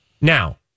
Now